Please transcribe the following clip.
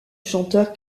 chanteur